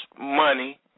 money